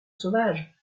sauvage